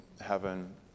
heaven